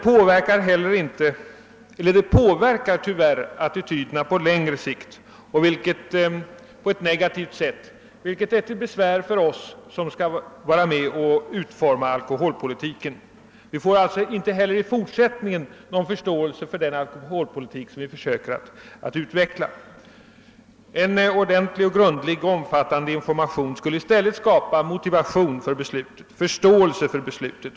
På lång sikt påverkas tyvärr attityden på ett negativt sätt, vilket är till besvär för oss som skall vara med om att utforma alkoholpolitiken. Vi får alltså inte heller i fortsättningen någon förståelse för den alkoholpolitik som vi försöker att utveckla. En grundlig och omfattande information skulle i stället skapa motivation och förståelse för beslutet.